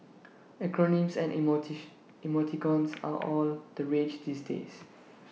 acronyms and emoticons are all the rage these days